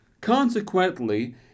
Consequently